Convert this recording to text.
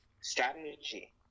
strategy